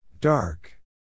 Dark